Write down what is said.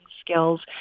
skills